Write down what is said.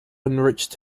enriched